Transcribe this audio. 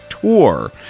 tour